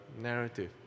narrative